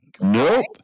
Nope